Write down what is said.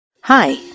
Hi